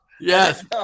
Yes